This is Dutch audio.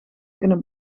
kunnen